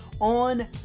on